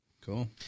cool